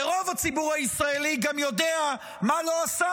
ורוב הציבור הישראלי גם יודע מה לא עושה